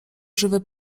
żywy